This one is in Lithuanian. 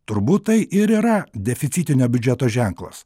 turbūt tai ir yra deficitinio biudžeto ženklas